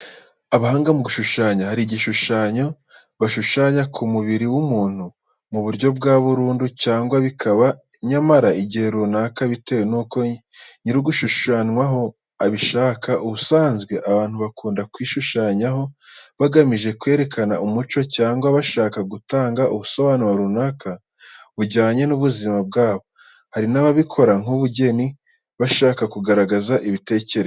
Abahanga mu gushushanya hari ibishushanyo bashushanya ku mubiri w'umuntu mu buryo bwa burundi cyangwa bikaba byamara igihe runaka bitewe nuko nyirugushushanywaho abishaka. Ubusanzwe abantu bakunda kwishushanyaho bagamije kwerekana umuco cyangwa bashaka gutanga ubusobanuro runaka bujyanye n'ubuzima bwabo. Hari n'ababikora nk'ubugeni bashaka kugaragaza ibitekerezo byabo.